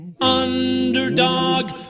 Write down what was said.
Underdog